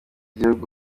gihugu